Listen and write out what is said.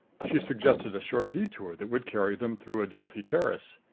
she suggested a short detour that would carry them through adelphi terrace.